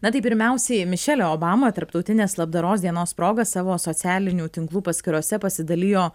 na tai pirmiausiai mišelė obama tarptautinės labdaros dienos proga savo socialinių tinklų paskyrose pasidalijo